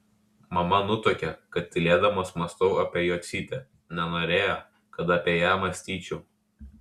mama nutuokė kad tylėdamas mąstau apie jocytę nenorėjo kad apie ją mąstyčiau